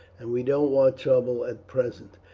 and we don't want trouble at present.